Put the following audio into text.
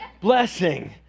blessing